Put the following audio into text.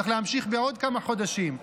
צריך להמשיך בעוד כמה חודשים.